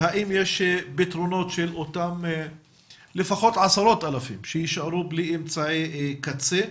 האם יש פתרונות של אותם לפחות עשרות אלפים שיישארו בלי אמצעי קצה,